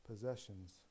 possessions